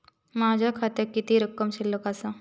माझ्या खात्यात किती रक्कम शिल्लक आसा?